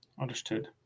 Understood